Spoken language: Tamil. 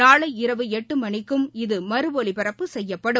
நாளை இரவு எட்டு மணிக்கும் இது மறு ஒலிபரப்பு செய்யப்படும்